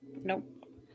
Nope